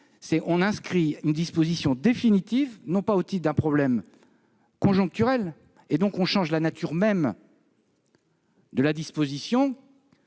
s'agit d'inscrire une disposition définitive et non pas au titre d'un problème conjoncturel. Par conséquent, on change la nature même de la disposition